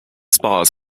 spars